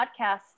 podcasts